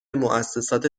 موسسات